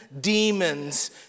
demons